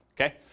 Okay